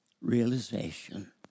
realization